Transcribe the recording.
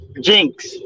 Jinx